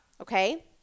Okay